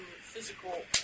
physical